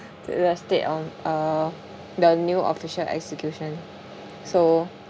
to the state on uh the new official execution so